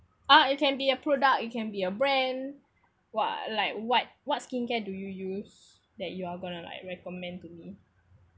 uh it can be a product it can be a brand what like what what skincare do you use that you're going to like recommend to me